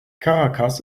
caracas